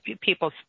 people